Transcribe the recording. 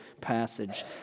passage